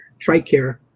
TRICARE